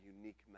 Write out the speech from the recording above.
unique